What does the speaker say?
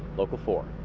local four.